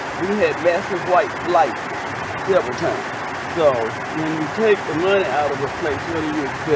we had massive white flight several times. so when you take the money out of a place, what do you expect?